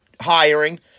hiring